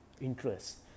interest